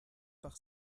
par